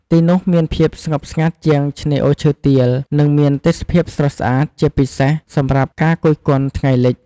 ទីនោះមានភាពស្ងប់ស្ងាត់ជាងឆ្នេរអូឈើទាល និងមានទេសភាពស្រស់ស្អាត ជាពិសេសសម្រាប់ការគយគន់ថ្ងៃលិច។